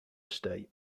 estate